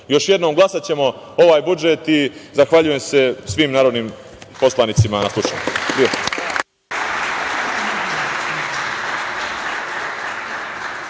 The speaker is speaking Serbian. jednom, glasaćemo za ovaj budžet i zahvaljujem se svim narodnim poslanicima na slušanju.